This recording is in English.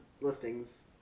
listings